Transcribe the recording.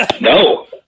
No